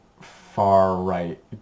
far-right